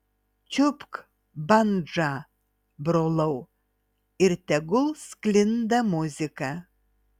čiupk bandžą brolau ir tegul sklinda muzika